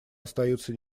остаются